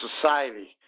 society